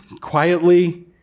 quietly